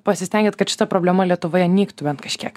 pasistengiat kad šita problema lietuvoje nyktų bent kažkiek